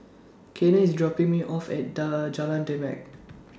Cayden IS dropping Me off At Jalan Demak